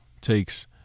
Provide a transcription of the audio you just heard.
takes